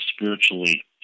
spiritually